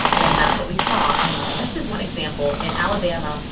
and that's what we saw um just as one example, in alabama,